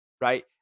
right